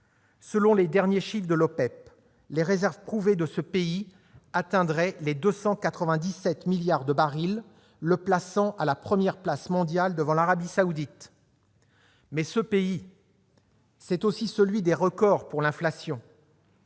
pays exportateurs de pétrole, l'OPEP, les réserves prouvées de ce pays atteindraient les 297 milliards de barils, le plaçant à la première place mondiale devant l'Arabie saoudite. Mais ce pays est aussi celui des records pour l'inflation,